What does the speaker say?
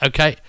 Okay